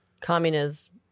communism